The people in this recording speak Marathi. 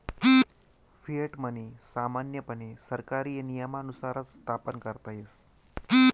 फिएट मनी सामान्यपणे सरकारी नियमानुसारच स्थापन करता येस